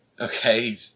Okay